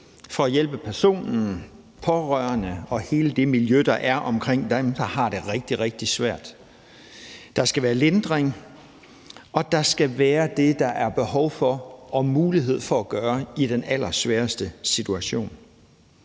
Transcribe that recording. for at hjælpe personen, de pårørende og hele det miljø, der er omkring den, der har det rigtig, rigtig svært. Der skal være lindring, og der skal være det, der er behov for og mulighed for at gøre i den allersværeste situation.